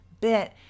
bit